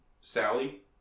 Sally